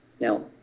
Now